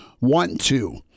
want-to